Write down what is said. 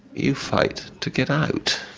you fight to get out.